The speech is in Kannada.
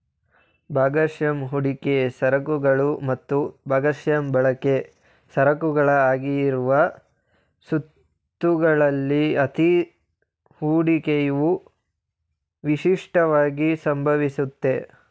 ಭಾಗಶಃ ಹೂಡಿಕೆ ಸರಕುಗಳು ಮತ್ತು ಭಾಗಶಃ ಬಳಕೆ ಸರಕುಗಳ ಆಗಿರುವ ಸುತ್ತುಗಳಲ್ಲಿ ಅತ್ತಿ ಹೂಡಿಕೆಯು ವಿಶಿಷ್ಟವಾಗಿ ಸಂಭವಿಸುತ್ತೆ